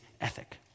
ethic